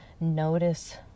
notice